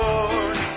Lord